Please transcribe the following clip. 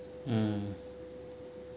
mm